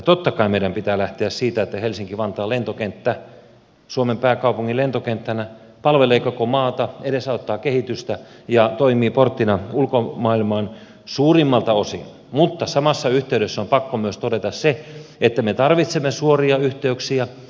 totta kai meidän pitää lähteä siitä että helsinki vantaan lentokenttä suomen pääkaupungin lentokenttänä palvelee koko maata edesauttaa kehitystä ja toimii porttina ulkomaailmaan suurimmalta osin mutta samassa yhteydessä on pakko myös todeta se että me tarvitsemme suoria yhteyksiä